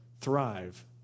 thrive